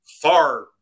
far